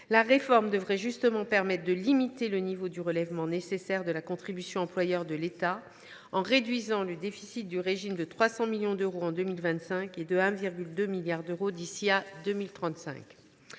La réforme devrait justement permettre de limiter le niveau du relèvement nécessaire de la contribution employeur de l’État en réduisant le déficit du régime de 300 millions d’euros en 2025 et de 1,2 milliard d’euros d’ici à 2035.